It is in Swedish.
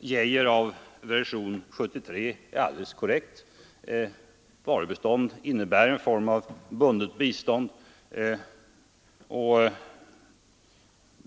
i 1973 års version är alldeles korrekt. Varubistånd innebär en form av bundet bistånd.